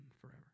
forever